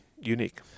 unique